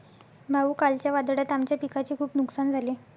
भाऊ, कालच्या वादळात आमच्या पिकाचे खूप नुकसान झाले